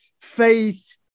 faith